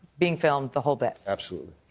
being filmed, the whole bit? absolutely.